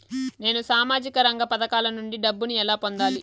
నేను సామాజిక రంగ పథకాల నుండి డబ్బుని ఎలా పొందాలి?